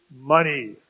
money